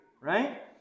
right